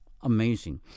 Amazing